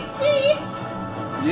see